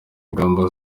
ingamba